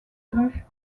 vue